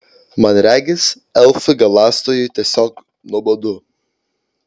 man regis elfui galąstojui tiesiog nuobodu